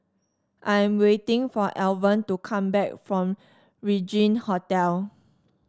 I'm waiting for Alvan to come back from Regin Hotel